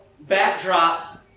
backdrop